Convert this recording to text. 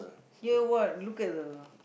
here what look at the